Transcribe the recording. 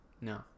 no